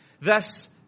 Thus